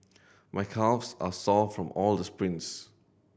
my calves are sore from all the sprints